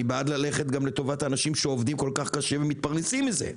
אבל אני גם בעד ללכת לטובת האנשים שעובדים כל כך קשה ומתפרנסים מזה,